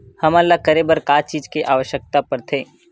हमन ला करे बर का चीज के आवश्कता परथे?